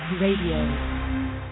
Radio